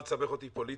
אל תסבך אותי פוליטית.